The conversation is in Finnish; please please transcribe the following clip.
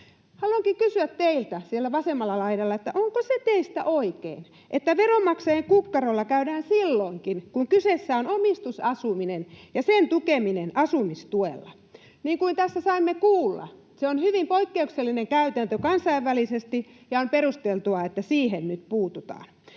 Haluankin kysyä teiltä siellä vasemmalla laidalla, onko se teistä oikein, että veronmaksajien kukkarolla käydään silloinkin, kun kyseessä on omistusasuminen ja sen tukeminen asumistuella. Niin kuin tässä saimme kuulla, se on hyvin poikkeuksellinen käytäntö kansainvälisesti, ja on perusteltua, että siihen nyt puututaan.